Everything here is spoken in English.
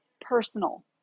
personal